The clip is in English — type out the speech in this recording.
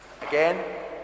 Again